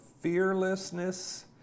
fearlessness